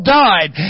died